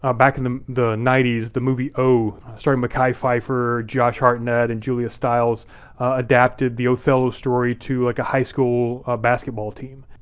ah back in the the ninety s, the movie o starring mekhi phifer, josh hartnett, and julia stiles adapted the othello story to like a high school basketball team.